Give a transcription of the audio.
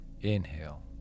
Inhale